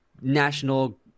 national